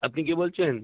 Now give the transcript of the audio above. আপনি কে বলছেন